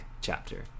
chapter